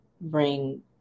bring